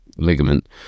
Ligament